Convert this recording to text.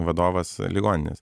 vadovas ligoninės